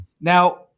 Now